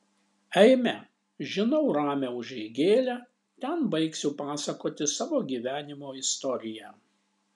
eime žinau ramią užeigėlę ten baigsiu pasakoti savo gyvenimo istoriją